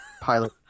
pilot